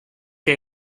que